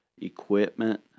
equipment